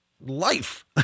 life